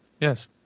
yes